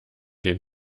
den